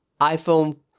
iPhone